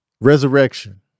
Resurrection